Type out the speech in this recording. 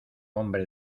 hombre